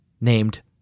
named